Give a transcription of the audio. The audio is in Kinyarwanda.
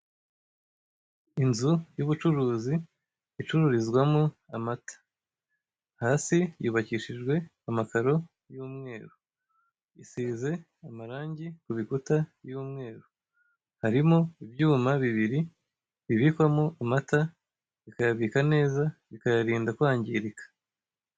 Inzu y'ubucuruzi, icururizwamo amata. Hasi yubakishijwe amakaro y'umweru. Isize amarangi ku bikuta, y'umweru. Harimo ibyuma bibiri, bibikwamo amata, bikayabikaneza, bikayarinda kwangirika.